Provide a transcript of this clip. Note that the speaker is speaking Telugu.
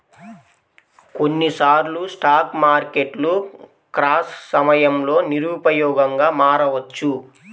కొన్నిసార్లు స్టాక్ మార్కెట్లు క్రాష్ సమయంలో నిరుపయోగంగా మారవచ్చు